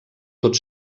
tot